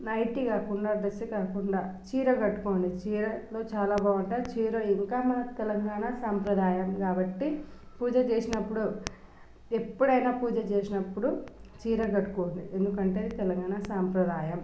nightie కాకుండా dress కాకుండా చీర కట్టుకోండి చీరకట్టులో చాలా బాగుంటుంది చీర ఇంకా మన తెలంగాణ సాంప్రదాయం కాబట్టి పూజ చేసినప్పుడు ఎప్పుడైనా పూజ చేసినప్పుడు చీర కట్టుకోండి ఎందుకంటే అది తెలంగాణ సాంప్రదాయం